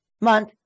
month